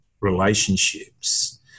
relationships